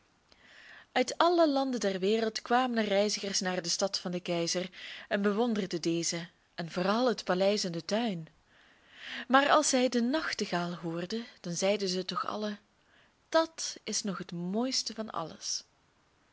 uit alle landen der wereld kwamen er reizigers naar de stad van den keizer en bewonderden deze en vooral het paleis en den tuin maar als zij den nachtegaal hoorden dan zeiden zij toch allen dat is nog het mooiste van alles